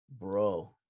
bro